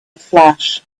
flash